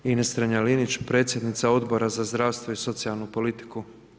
Ines Strenja Linić, predsjednica Odbora za zdravstvo i socijalnu politiku.